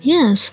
Yes